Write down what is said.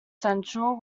central